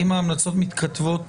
אם ההמלצות מתכתבות